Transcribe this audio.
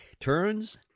turns